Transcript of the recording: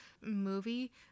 movie